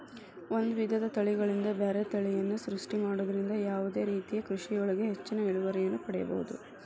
ಒಂದ್ ವಿಧದ ತಳಿಗಳಿಂದ ಬ್ಯಾರೆ ತಳಿಯನ್ನ ಸೃಷ್ಟಿ ಮಾಡೋದ್ರಿಂದ ಯಾವದೇ ರೇತಿಯ ಕೃಷಿಯೊಳಗ ಹೆಚ್ಚಿನ ಇಳುವರಿಯನ್ನ ಪಡೇಬೋದು